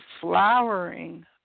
flowering